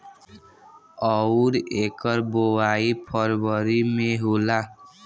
अउर एकर बोवाई फरबरी मे होला